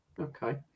Okay